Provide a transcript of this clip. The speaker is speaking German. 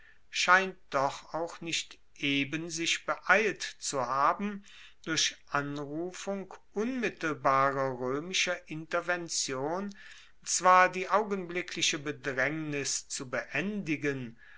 scheint doch auch nicht eben sich beeilt zu haben durch anrufung unmittelbarer roemischer intervention zwar die augenblickliche bedraengnis zu beendigen